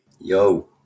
Yo